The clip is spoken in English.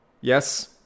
Yes